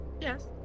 yes